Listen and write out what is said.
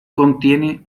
contiene